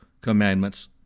commandments